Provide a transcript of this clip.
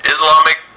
Islamic